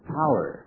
power